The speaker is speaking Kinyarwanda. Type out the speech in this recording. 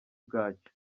bwacyo